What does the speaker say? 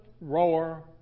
roar